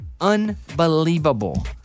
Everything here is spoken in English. Unbelievable